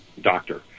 doctor